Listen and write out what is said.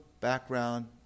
background